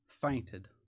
fainted